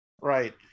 Right